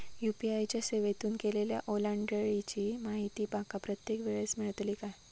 UPI च्या सेवेतून केलेल्या ओलांडाळीची माहिती माका प्रत्येक वेळेस मेलतळी काय?